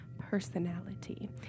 personality